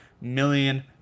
million